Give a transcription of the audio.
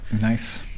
Nice